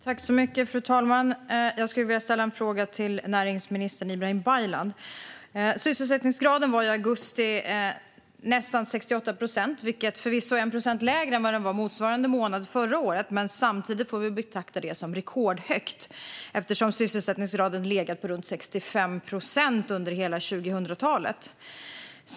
Fru talman! Jag vill ställa en fråga till näringsminister Ibrahim Baylan. Sysselsättningsgraden var i augusti nästan 68 procent, vilket förvisso är 1 procentenhet lägre än vad den var samma månad förra året, men samtidigt får vi betrakta det som rekordhögt eftersom sysselsättningsgraden har legat på runt 65 procent under hela 2000-talet.